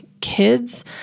kids